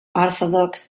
orthodox